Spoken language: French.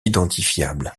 identifiable